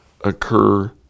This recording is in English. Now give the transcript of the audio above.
occur